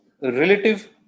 relative